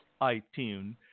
iTunes